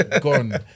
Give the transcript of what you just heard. gone